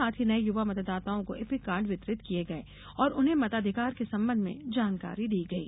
साथ ही नये युवा मतदाताओं को इपिक कार्ड वितरित किये गये और उन्हें मताधिकार के संबंध में जानकारी दी गई